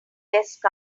desk